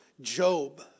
Job